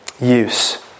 use